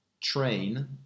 train